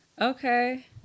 Okay